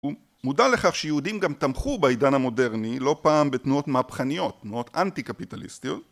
הוא מודע לכך שיהודים גם תמכו בעידן המודרני לא פעם בתנועות מהפכניות, תנועות אנטי קפיטליסטיות,